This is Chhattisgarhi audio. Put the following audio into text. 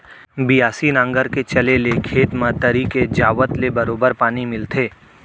बियासी नांगर के चले ले खेत म तरी के जावत ले बरोबर पानी मिलथे